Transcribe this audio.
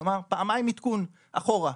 כלומר פעמיים עדכון אחורה,